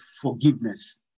forgiveness